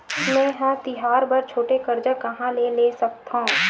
मेंहा तिहार बर छोटे कर्जा कहाँ ले सकथव?